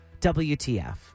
WTF